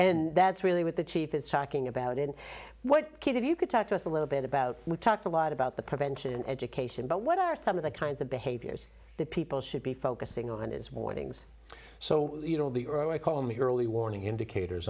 and that's really what the chief is talking about and what kid if you could talk to us a little bit about we talked a lot about the prevention education but what are some of the kinds of behaviors that people should be focusing on his warnings so you know the early i call me early warning indicators